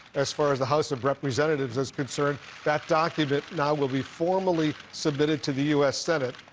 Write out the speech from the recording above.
as far as the house of representatives is concerned. that document now will be formally submitted to the u s. senate,